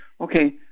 Okay